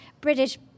British